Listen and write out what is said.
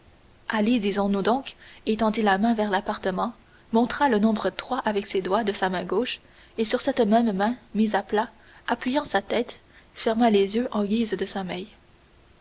ali disons-nous donc étendit la main vers l'appartement montra le nombre trois avec les doigts de sa main gauche et sur cette même main mise à plat appuyant sa tête ferma les yeux en guise de sommeil